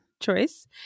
choice